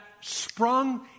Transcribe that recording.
sprung